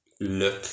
look